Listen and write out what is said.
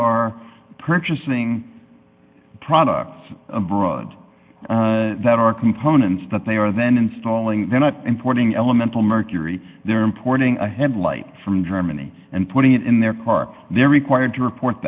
are purchasing products abroad that are components that they are then installing they're not importing elemental mercury they're importing a headlight from germany and putting it in their car they're required to report